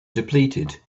depleted